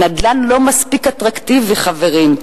הנדל"ן לא מספיק אטרקטיבי, חברים.